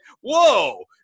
Whoa